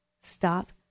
Stop